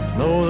no